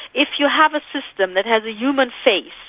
if you have a system that has a human face,